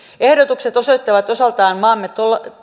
ehdotukset osoittavat osaltaan maamme